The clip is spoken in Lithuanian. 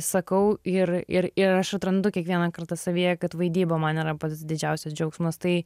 sakau ir ir ir aš atrandu kiekvieną kartą savyje kad vaidyba man yra pats didžiausias džiaugsmas tai